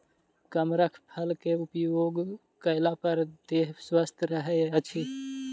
कमरख फल के उपभोग कएला पर देह स्वस्थ रहैत अछि